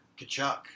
Kachuk